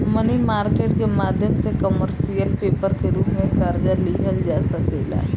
मनी market के माध्यम से कमर्शियल पेपर के रूप में कर्जा लिहल जा सकेला